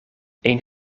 een